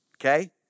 okay